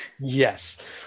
Yes